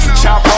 chop